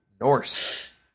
Norse